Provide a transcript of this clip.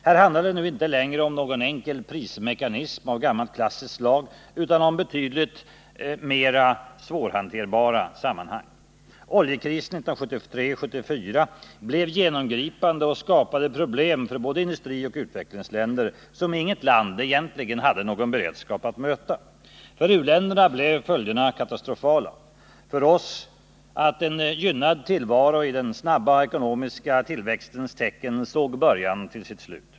Här handlar det inte längre om någon enkel prismekanism av gammalt, klassiskt slag, utan om betydligt mer svårhanterade sammanhang. Oljekrisen 1973-1974 blev genomgripande och skapade problem för både industrioch utvecklingsländer som inget land egentligen hade någon beredskap att möta. För u-länderna blev följderna karastrofala. För oss blev resultatet att en gynnad tillvaro i den snabba ekonomiska tillväxtens tecken såg början till sitt slut.